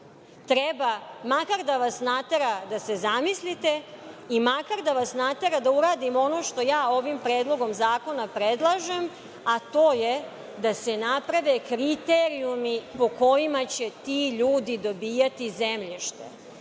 treba makar da vas natera da se zamislite i makar da vas natera da uradimo ono što ja ovim predlogom zakona predlažem, a to je da se naprave kriterijumi po kojima će ti ljudi dobijati zemljište. Nemojte